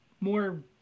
more